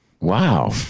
Wow